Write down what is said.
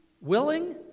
willing